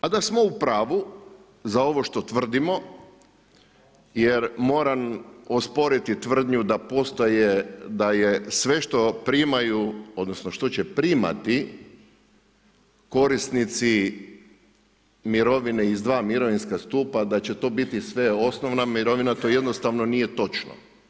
A da smo u pravu za ovo što tvrdimo jer moram osporiti tvrdnju da je sve što primaju, odnosno što će primati korisnici mirovine iz dva mirovinska stupa da će to biti sve osnovna mirovina, to jednostavno nije točno.